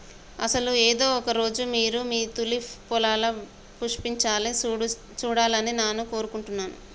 అసలు ఏదో ఒక రోజు మీరు మీ తూలిప్ పొలాలు పుష్పించాలా సూడాలని నాను కోరుకుంటున్నాను